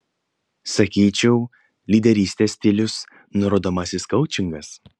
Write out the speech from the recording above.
sakyčiau lyderystės stilius nurodomasis koučingas